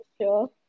sure